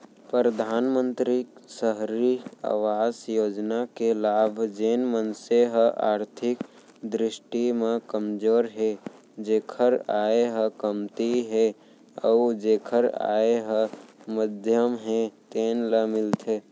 परधानमंतरी सहरी अवास योजना के लाभ जेन मनसे ह आरथिक दृस्टि म कमजोर हे जेखर आय ह कमती हे अउ जेखर आय ह मध्यम हे तेन ल मिलथे